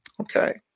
Okay